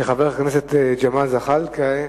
של חבר הכנסת ג'מאל זחאלקה,